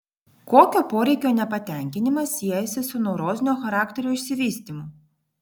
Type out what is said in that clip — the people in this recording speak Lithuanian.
kokio poreikio nepatenkinimas siejasi su neurozinio charakterio išsivystymu